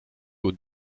aux